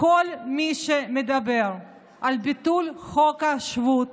כל מי שמדבר על ביטול חוק השבות